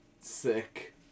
sick